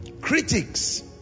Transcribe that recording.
critics